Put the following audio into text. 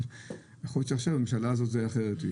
עכשיו הממשלה הזאת זה אחרת,